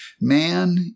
Man